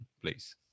please